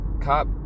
cop